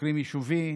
עוקרים יישובים,